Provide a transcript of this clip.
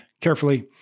carefully